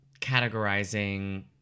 categorizing